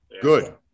Good